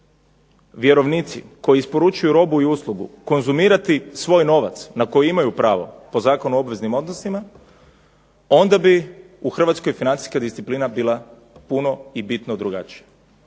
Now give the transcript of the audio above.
vjerovnici koji isporučuju robu i uslugu konzumirati svoj novac na koji imaju pravo po Zakonu o obveznim odnosima onda bi u Hrvatskoj financijska disciplina bila puno i bitno drugačija.